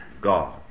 God